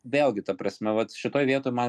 vėlgi ta prasme vat šitoj vietoj man